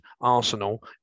Arsenal